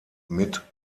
mit